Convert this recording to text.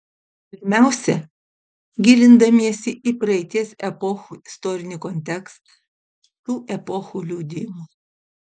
pirmiausia gilindamiesi į praeities epochų istorinį kontekstą tų epochų liudijimus